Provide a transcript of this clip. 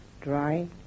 dry